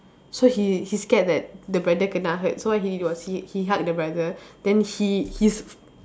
so he he scared that the brother kena hurt so he was he he hug the brother then he he's